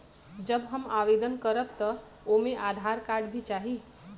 जब हम आवेदन करब त ओमे आधार कार्ड भी चाही?